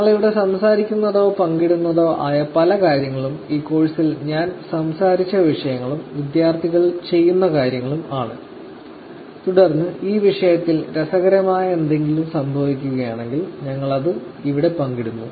ഞങ്ങൾ ഇവിടെ സംസാരിക്കുന്നതോ പങ്കിടുന്നതോ ആയ പല കാര്യങ്ങളും ഈ കോഴ്സിൽ ഞാൻ സംസാരിച്ച വിഷയങ്ങളും വിദ്യാർത്ഥികൾ ചെയ്യുന്ന കാര്യങ്ങളും ആണ് തുടർന്ന് ഈ വിഷയത്തിൽ രസകരമായ എന്തെങ്കിലും സംഭവിക്കുകയാണെങ്കിൽ ഞങ്ങൾ അത് ഇവിടെ പങ്കിടുന്നു